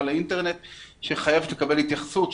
לאינטרנט והיא חייבת לקבל התייחסות.